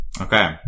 okay